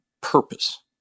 purpose